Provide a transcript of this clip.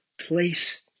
place